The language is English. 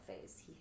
phase